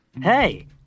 Hey